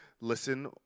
listen